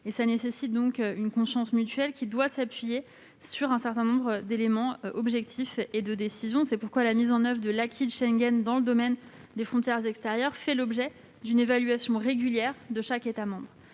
Cela nécessite une confiance mutuelle qui doit s'appuyer sur un certain nombre d'éléments objectifs et de décisions. C'est pourquoi la mise en oeuvre de l'acquis de Schengen dans le domaine des frontières extérieures fait l'objet d'une évaluation régulière de chaque État membre.